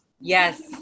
Yes